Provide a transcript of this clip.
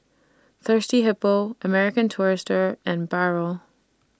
Thirsty Hippo American Tourister and Barrel